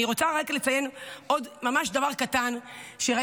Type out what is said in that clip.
אני רוצה רק לציין ממש עוד דבר קטן שראיתי,